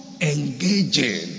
engaging